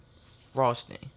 frosting